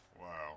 Wow